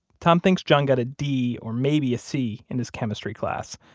tom thinks john got a d or maybe a c in his chemistry class.